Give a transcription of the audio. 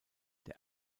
der